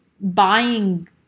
buying